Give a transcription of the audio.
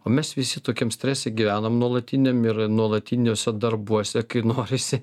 o mes visi tokiam strese gyvenam nuolatiniam ir nuolatiniuose darbuose kai norisi